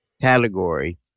category